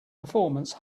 performance